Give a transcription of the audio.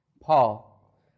Paul